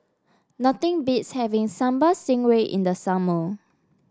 nothing beats having Sambal Stingray in the summer